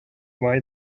why